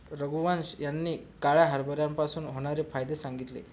रघुवंश यांनी काळ्या हरभऱ्यापासून होणारे फायदे सांगितले